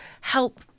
help